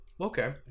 Okay